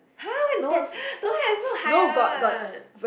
!huh! no no there's no high one